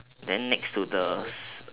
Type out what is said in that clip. then next to the s~